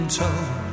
told